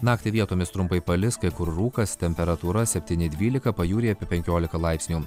naktį vietomis trumpai palis kai kur rūkas temperatūra septyni dvylika pajūryje apie penkiolika laipsnių